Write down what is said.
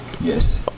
Yes